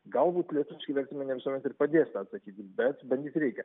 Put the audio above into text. galbūt lietuviški vertimai ne visuomet ir padės tą atsakyti bet bandyt reikia